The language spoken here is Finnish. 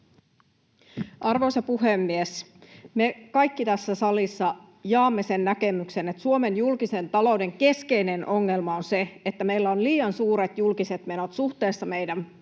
Arvoisa puhemies! Me kaikki tässä salissa jaamme sen näkemyksen, että Suomen julkisen talouden keskeinen ongelma on se, että meillä on liian suuret julkiset menot suhteessa meidän